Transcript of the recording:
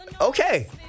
Okay